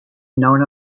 known